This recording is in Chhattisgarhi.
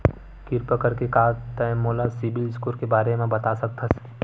किरपा करके का तै मोला सीबिल स्कोर के बारे माँ बता सकथस?